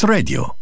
Radio